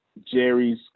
Jerry's